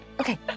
Okay